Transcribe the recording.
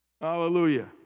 Hallelujah